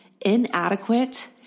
inadequate